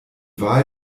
wahl